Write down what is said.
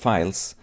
Files